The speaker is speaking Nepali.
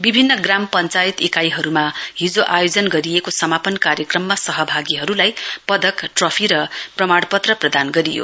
विभिन्न ग्राम पञ्चायत इकाईहरूमा हिजो आयोजना गरिएको समापन कार्यक्रममा सहभागीहरूलाई पदक ट्रपी र प्रमाण पत्र प्रदान गरियो